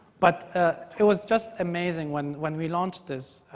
but ah it was just amazing. when when we launched this,